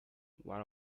what